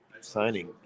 signing